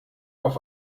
auf